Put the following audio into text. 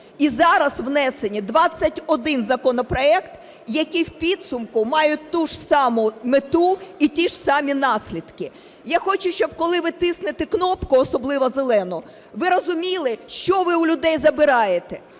І зараз внесені 21 законопроект, які в підсумку мають ту ж саму мету і ті ж самі наслідки. Я хочу, щоб коли ви тиснете кнопку, особливо зелену, ви розуміли що ви у людей забираєте.